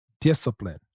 discipline